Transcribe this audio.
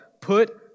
put